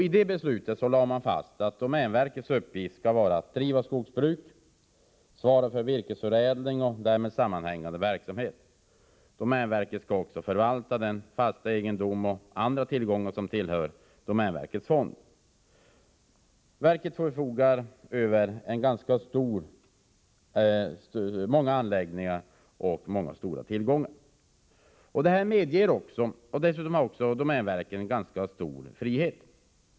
I det beslutet lade man fast att domänverkets uppgift skall vara att driva skogsbruk, svara för virkesförädling och därmed sammanhängande verksamhet. Verket skall också förvalta den fasta egendom och andra tillgangar + 2 tillhör domänverkets fond. Verket förfogar över många anläggningar och många andra stora tillgångar. Dessutom har domänverket ganska stor frihet.